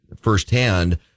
firsthand